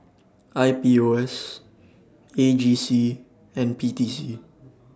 I P O S A G C and P T C